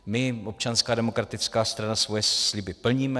My, Občanská demokratická strana, svoje sliby plníme.